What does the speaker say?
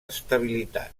estabilitat